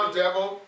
devil